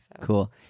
Cool